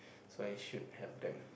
so I should help them